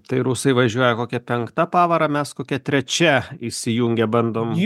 tai rusai važiuoja kokia penkta pavara mes kokia trečia įsijungę bandom